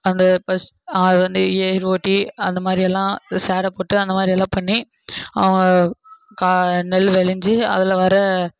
அந்த பஸ் அது வந்து ஏர் ஓட்டி அந்த மாதிரியெல்லாம் சேறை போட்டு அந்த மாதிரியெல்லாம் பண்ணி அவங்க கா நெல் விளஞ்சி அதில் வர